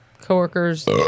co-workers